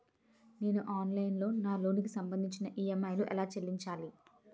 నేను ఆన్లైన్ లో నా లోన్ కి సంభందించి ఈ.ఎం.ఐ ఎలా చెల్లించాలి?